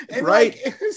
Right